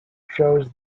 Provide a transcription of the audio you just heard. shows